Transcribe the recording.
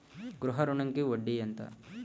గృహ ఋణంకి వడ్డీ ఎంత?